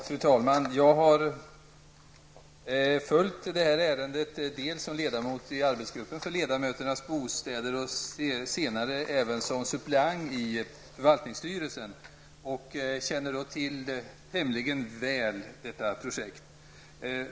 Fru talman! Jag har följt det här ärendet som ledamot i arbetsgruppen för ledamöternas bostäder och senare även som suppleant i förvaltningsstyrelsen. Jag känner tämligen till väl detta projekt.